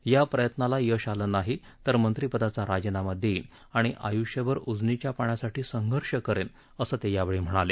या प्रयत्नाला यश आलं नाही तर मंत्रिपदाचा राजीनामा देईन आणि आयुष्यभर उजनीच्या पाण्यासाठी संघर्ष करेन असं ते यावेळी म्हणाले